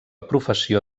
professió